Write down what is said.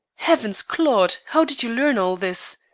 heavens, claude, how did you learn all this?